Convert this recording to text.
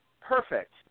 perfect